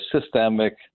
systemic